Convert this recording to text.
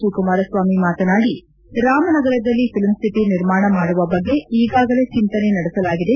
D Kumaraswamy ಮಾತನಾಡಿ ರಾಮನಗರದಲ್ಲಿ film city ನಿರ್ಮಾಣ ಮಾಡುವ ಬಗ್ಗೆ ಈಗಾಗಲೇ ಚಿಂತನೆ ನಡೆಸಲಾಗಿದೆ